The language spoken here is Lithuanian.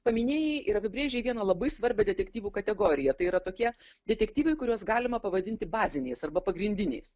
paminėjai ir apibrėžei vieną labai svarbią detektyvų kategoriją tai yra tokie detektyvai kuriuos galima pavadinti baziniais arba pagrindiniais